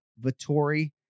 Vittori